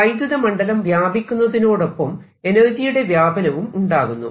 വൈദ്യുത മണ്ഡലം വ്യാപിക്കുന്നതിനോടൊപ്പം എനർജിയുടെ വ്യാപനവും ഉണ്ടാകുന്നു